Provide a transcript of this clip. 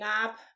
up